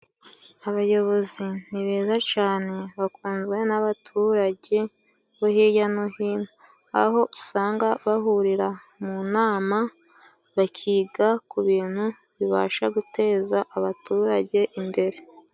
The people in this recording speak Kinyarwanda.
Abayobozi ni beza cyane bakunzwe n'abaturage bo hirya no hino, aho usanga bahurira mu inama, bakiga ku bintu bibasha guteza abaturage imbere.